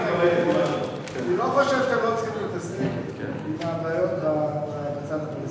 לא חושב שאתם לא צריכים להתעסק עם הבעיות בצד הפלסטיני,